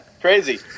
crazy